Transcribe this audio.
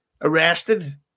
arrested